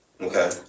Okay